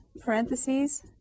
parentheses